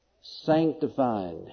sanctified